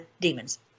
demons